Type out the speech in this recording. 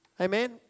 Amen